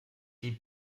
die